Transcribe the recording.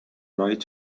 right